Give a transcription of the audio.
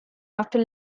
after